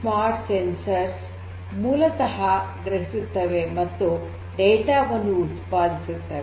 ಈ ಸ್ಮಾರ್ಟ್ ಸಂವೇದಕಗಳು ಮೂಲತಃ ಗ್ರಹಿಸುತ್ತವೆ ಮತ್ತು ಡೇಟಾ ವನ್ನು ಉತ್ಪಾದಿಸುತ್ತವೆ